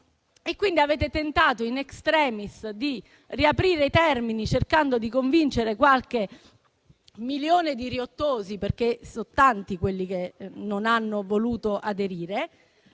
Avete tentato *in extremis* di riaprire i termini, cercando di convincere qualche milione di riottosi, perché sono tanti quelli che non hanno voluto aderire.